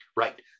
Right